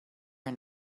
and